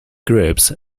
groups